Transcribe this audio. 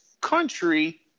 country